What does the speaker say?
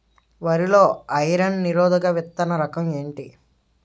వరి లో ఐరన్ నిరోధక విత్తన రకం ఏంటి?